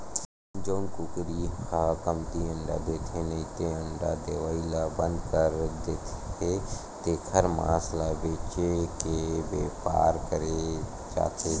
जउन कुकरी ह कमती अंडा देथे नइते अंडा देवई ल बंद कर देथे तेखर मांस ल बेचे के बेपार करे जाथे